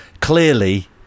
Clearly